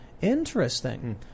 interesting